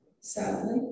sadly